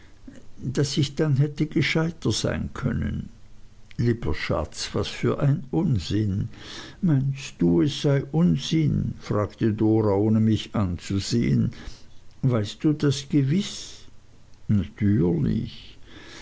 daß ich dann hätte gescheiter sein können lieber schatz was für ein unsinn meinst du es sei unsinn fragte dora ohne mich anzusehen weißt du das gewiß natürlich